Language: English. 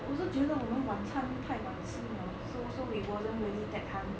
我是觉得我们晚餐太晚吃了 so so we wasn't really that hungry